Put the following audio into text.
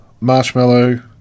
marshmallow